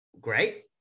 great